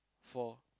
four